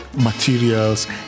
materials